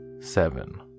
seven